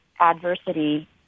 adversity